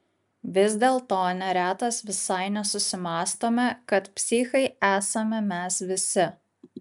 vis dėlto neretas visai nesusimąstome kad psichai esame mes visi